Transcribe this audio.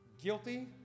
guilty